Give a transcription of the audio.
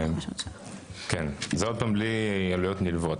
זה בלי עלויות נלוות.